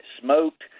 smoked